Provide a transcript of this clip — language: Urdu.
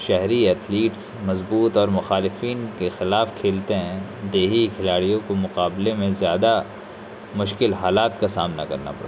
شہری ایتھلیٹس مضبوط اور مخالفین کے خلاف کھیلتے ہیں دیہی کھلاڑیوں کو مقابلے میں زیادہ مشکل حالات کا سامنا کرنا پڑتا ہے